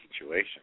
situation